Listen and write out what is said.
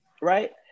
right